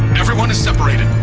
everyone is separated!